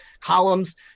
columns